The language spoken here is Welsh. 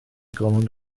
gormod